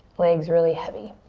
legs really heavy.